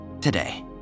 today